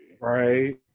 Right